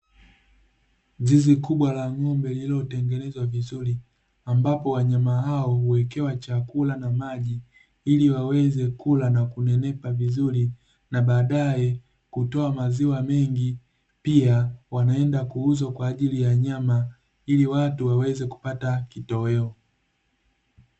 Zizi kubwa la ng'ombe lililotengenezwa vizuri, ambapo wanyama hao huwekea chakula na maji ili waweze kula na kunenepa vizuri na baadae kutoa maziwa mengi. Pia wanaenda kuuzwa kwa ajili ya nyama, ili watu waweze kupata kitoweo.